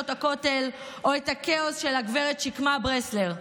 הכותל או את הכאוס של הגב' שקמה ברסלר.